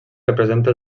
representa